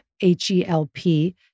H-E-L-P